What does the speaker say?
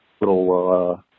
little